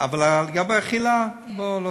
גם באכילה לא צריך,